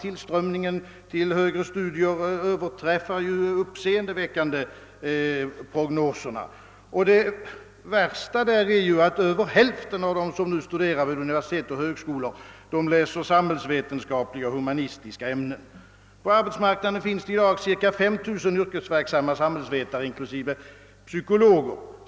Tillströmningen till högre studier överträffar ju på ett uppseendeväckande sätt prognoserna. Och det värsta är att över hälften av dem som nu studerar vid universitet och högskolor läser samhällsvetenskapliga och humanistiska ämnen. På arbetsmarknaden finns det i dag cirka 5 000 yrkesverksamma samhällsvetare inklusive psykologer.